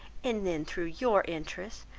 and then through your interest,